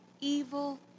evil